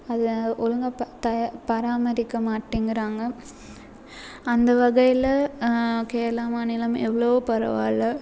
அதை ஒழுங்காக இப்போ தயா பராமரிக்க மாட்டேங்கிறாங்க அந்த வகையில் கேரளா மாநிலம் எவ்வளோவோ பரவாயில்ல